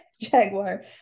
jaguar